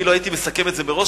אני לא הייתי מסכם את זה מראש,